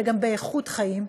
וגם באיכות חיים,